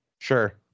sure